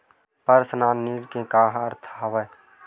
Personal ऋण के का अर्थ हवय?